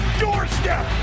doorstep